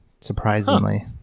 surprisingly